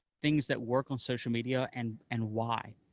things that work on social media and and why.